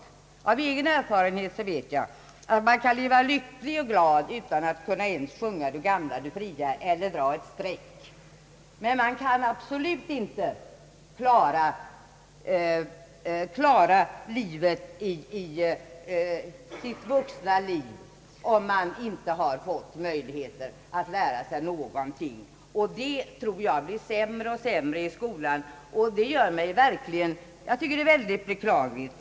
Av egen erfarenhet vet jag att man kan leva lycklig och glad utan att förmå sjunga ens »Du gamla, du fria» eller dra ett streck, men man kan absolut inte klara sitt enskilda vuxna liv om man inte fått möjlighet att lära sig någonting på detta område. Jag tror att tillfällena till det blir sämre och sämre i skolan, något som jag finner ytterst beklagligt.